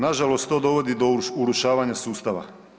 Nažalost to dovodi do urušavanja sustava.